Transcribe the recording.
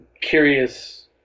curious